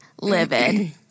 livid